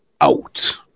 out